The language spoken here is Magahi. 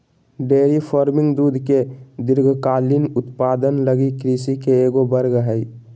डेयरी फार्मिंग दूध के दीर्घकालिक उत्पादन लगी कृषि के एगो वर्ग हइ